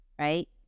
right